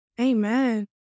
Amen